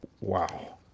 Wow